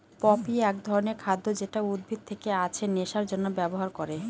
poppy এক ধরনের খাদ্য যেটা উদ্ভিদ থেকে আছে নেশার জন্যে ব্যবহার করে